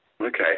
Okay